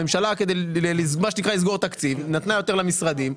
הממשלה כדי מה שנקרא לסגור תקציב נתנה יותר למשרדים,